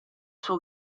suo